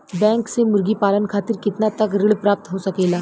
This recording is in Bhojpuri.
बैंक से मुर्गी पालन खातिर कितना तक ऋण प्राप्त हो सकेला?